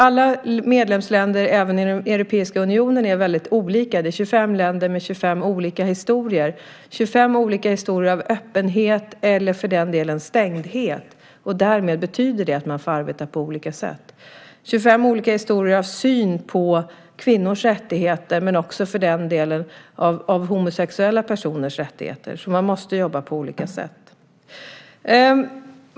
Alla medlemsländer i den europeiska unionen är väldigt olika. Det är 25 länder med 25 olika historier. Det är 25 olika historier av öppenhet eller för den delen stängdhet, och därmed får man arbeta på olika sätt. Det är 25 olika historier av syn på kvinnors eller för den delen homosexuella personers rättigheter. Man måste alltså jobba på olika sätt.